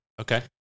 Okay